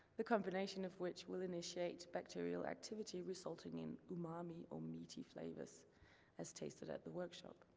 the combination of which will initiate bacterial activity resulting in umami or meaty flavors as tasted at the workshop.